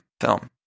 film